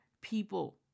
people